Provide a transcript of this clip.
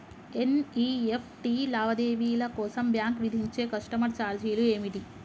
NEFT లావాదేవీల కోసం bank విధించే కస్టమర్ ఛార్జీలు ఏమిటి?